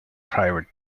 private